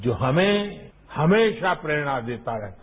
जो हमें हमेशा प्रेरणा देता रहेगा